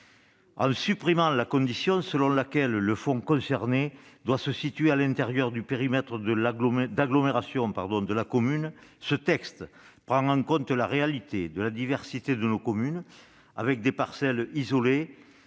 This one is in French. En supprimant la condition selon laquelle le fonds concerné doit se situer à l'intérieur du périmètre d'agglomération de la commune, ce texte prend en compte la réalité de la diversité de nos communes- parcelles isolées